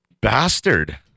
bastard